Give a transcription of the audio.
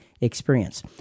experience